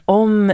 om